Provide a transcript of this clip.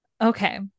okay